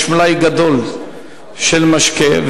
יש מלאי גדול של משקה,